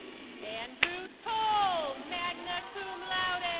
andrew toal, magna cum laude.